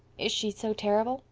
is she so terrible?